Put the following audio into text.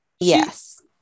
Yes